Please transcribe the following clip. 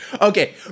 Okay